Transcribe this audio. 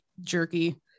jerky